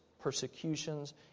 persecutions